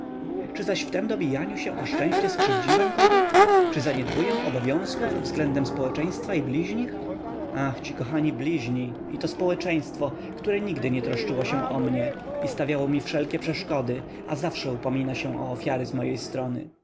czy zaś w tem dobijaniu się o szczęście skrzywdziłem kogo czy zaniedbuję obowiązków względem społeczeństwa i bliźnich ach ci kochani bliźni i to społeczeństwo które nigdy nie troszczyło się o mnie i stawiało mi wszelkie przeszkody a zawsze upomina się o ofiary z mojej strony